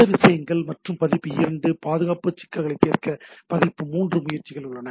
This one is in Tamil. இந்த விஷயங்கள் மற்றும் பதிப்பு 2 பாதுகாப்பு சிக்கல்களைத் தீர்க்க பதிப்பு 3 முயற்சிகள் உள்ளன